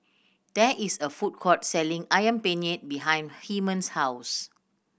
there is a food court selling Ayam Penyet behind Hyman's house